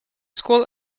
school